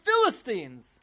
Philistines